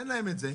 תן להם את זה,